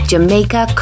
Jamaica